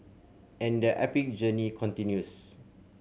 and their epic journey continues